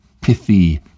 pithy